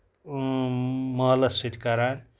مالَس سۭتۍ کران